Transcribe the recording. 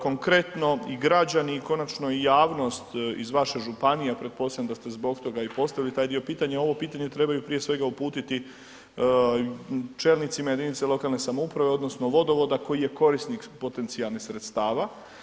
Konkretno, i građani i konačno i javnost iz vaše županije, a pretpostavljam da ste zbog toga i postavili taj dio pitanja, ovo pitanje trebaju prije svega uputiti čelnicima jedinica lokalne samouprave odnosno Vodovoda koji je korisnik potencijalnih sredstava.